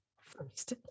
first